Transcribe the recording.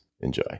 enjoy